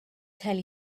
tell